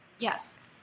Yes